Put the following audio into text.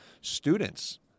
students